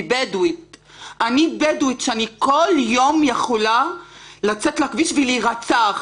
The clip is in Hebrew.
אני כל יום יכולה לצאת לכביש ולהירצח.